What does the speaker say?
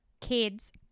Kids